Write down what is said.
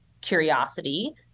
curiosity